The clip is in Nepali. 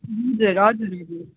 हजुर हजुर हजुर